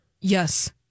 Yes